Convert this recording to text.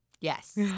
Yes